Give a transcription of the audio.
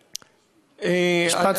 אין דבר כזה כאן.